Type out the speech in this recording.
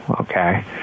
okay